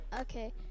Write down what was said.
okay